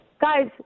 guys